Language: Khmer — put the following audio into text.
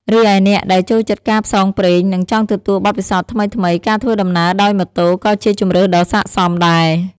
រីឯអ្នកដែលចូលចិត្តការផ្សងព្រេង និងចង់ទទួលបទពិសោធន៍ថ្មីៗ ការធ្វើដំណើរដោយម៉ូតូ ក៏ជាជម្រើសដ៏ស័ក្តិសមដែរ។